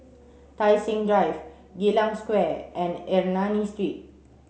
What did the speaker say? Tai Seng Drive Geylang Square and Ernani Street